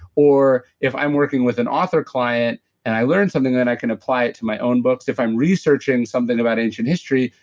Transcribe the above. or if i'm working with an author client and i learn something, then i can apply it to my own books. if i'm researching something about ancient history,